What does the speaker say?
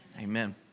Amen